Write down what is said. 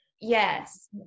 Yes